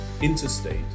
interstate